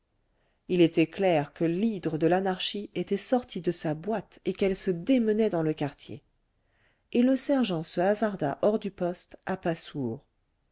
il était clair que l'hydre de l'anarchie était sortie de sa boîte et qu'elle se démenait dans le quartier et le sergent se hasarda hors du poste à pas sourds